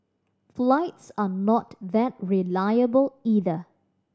flights are not that reliable either